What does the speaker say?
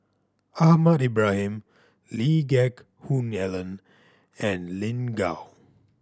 Ahmad Ibrahim Lee Geck Hoon Ellen and Lin Gao